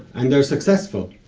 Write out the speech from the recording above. and they're successful?